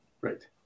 Right